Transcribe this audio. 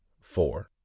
four